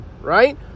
right